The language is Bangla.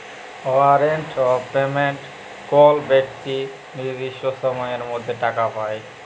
ওয়ারেন্ট অফ পেমেন্ট কল বেক্তি লির্দিষ্ট সময়ের মধ্যে টাকা পায়